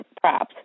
props